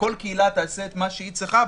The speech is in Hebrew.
כל קהילה תעשה את מה שהיא צריכה,